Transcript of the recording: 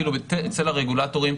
אפילו אצל הרגולטורים,